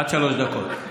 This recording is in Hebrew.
עד שלוש דקות.